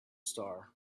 star